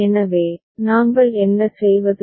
எனவே நாங்கள் என்ன செய்வது